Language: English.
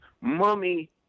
mummy